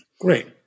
Great